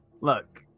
Look